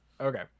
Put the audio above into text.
Okay